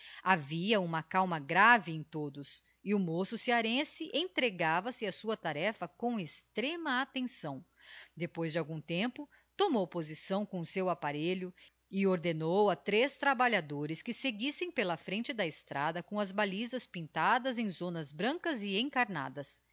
havia uma calma grave em todos e o moço cearense entregava-se á sua tarefa com extrema attenção depois de algum tempo tomou posição com o seu apparelho e ordenou a três trabalhadores que seguissem pela frente da estrada com as balisas pintadas em zonas brancas e encarnadas